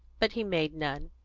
but he made none.